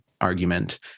argument